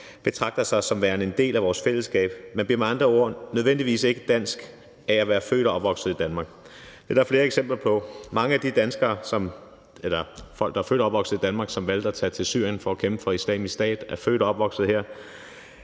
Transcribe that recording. betragter sig som værende en del af vores fællesskab. Man bliver med andre ord ikke nødvendigvis dansk af at være født og opvokset i Danmark. Det er der flere eksempler på. Mange af dem, som valgte at tage til Syrien for at kæmpe for Islamisk Stat, er født og opvokset i